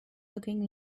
looking